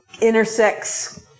intersects